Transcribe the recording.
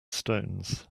stones